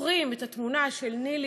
זוכרים את התמונה של שרה